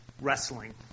wrestling